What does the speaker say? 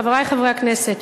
חברי חברי הכנסת,